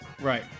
right